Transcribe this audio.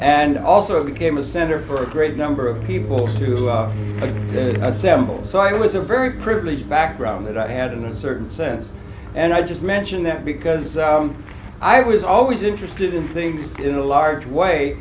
and also became a center for a great number of people through the samples so i was a very privileged background that i had in a certain sense and i just mentioned that because i was always interested in things in a large way